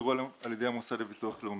שיוגדרו על ידי המוסד לביטוח לאומי.